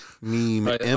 Meme